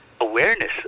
awareness